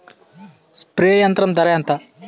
Spray యంత్రం ధర ఏంతా?